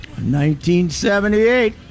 1978